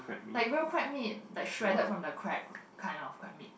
like real crab meat like shredded from the crab kind of crab meat